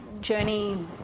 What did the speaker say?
journey